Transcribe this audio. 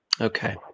Okay